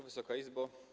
Wysoka Izbo!